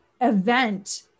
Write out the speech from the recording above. event